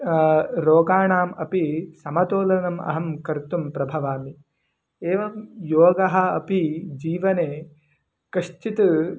रोगाणाम् अपि समतोलनम् अहं कर्तुं प्रभवामि एवं योगः अपि जीवने कश्चित्